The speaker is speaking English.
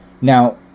Now